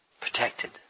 protected